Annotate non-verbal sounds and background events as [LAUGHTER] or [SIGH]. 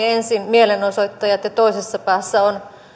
[UNINTELLIGIBLE] ensin mielenosoittajat ja toisessa päässä ovat